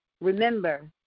remember